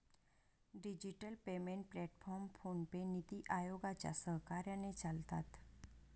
digital payment platform PhonePe, NITI आयोगाच्या सहकार्याने चालतात